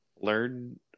Learn